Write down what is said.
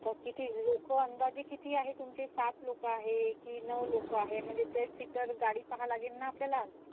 तर किती लोक अंदाजे किती आहे तुमचे सात लोक आहे की नऊ लोक आहे म्हणजे ते सीटर गाडी पाहा लागेल ना आपल्याला